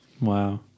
Wow